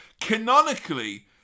Canonically